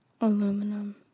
Aluminum